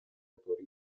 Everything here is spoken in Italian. autori